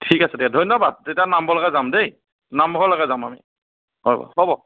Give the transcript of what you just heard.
ঠিক আছে দিয়া ধন্যবাদ তেতিয়া নামবৰলৈকে যাম দেই নামবৰলৈকে যাম আমি হয় হ'ব